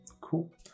Cool